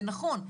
זה נכון,